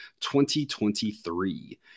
2023